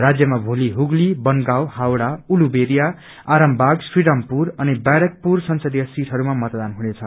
राज्यमा मोलि हुग्ली बनागाउँ हावडा उलूबेरा आरामबाग श्रीरामपुर अनि बैरेकपुर संसदीय सिटहरूमा मतदान हुनेछ